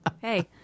Hey